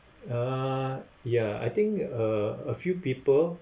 uh ya I think uh a few people